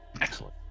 excellent